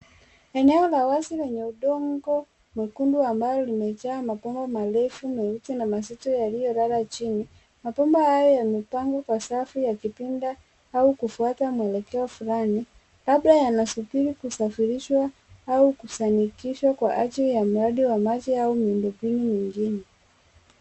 Eneo la wazi lenye udongo mwekundu ambao limejaa mabomba marefu meusi na masitu yaliyolala chini. Mabomba hayo yamepangwa kwa safu yakipinda au kufuata mwelekeo fulani labda yanasubiri kusafirishwa au kusanikishwa kwa ajili ya mradi wa maji au miundo mbinu mingine.